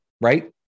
right